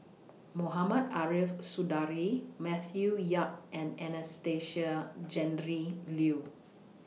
Mohamed Ariff Suradi Matthew Yap and Anastasia Tjendri Liew